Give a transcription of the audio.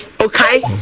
okay